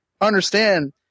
Understand